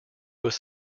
was